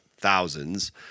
thousands